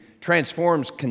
transforms